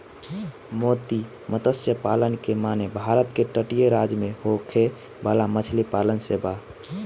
मोती मतस्य पालन के माने भारत के तटीय राज्य में होखे वाला मछली पालन से बा